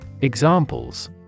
Examples